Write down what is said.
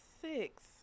Six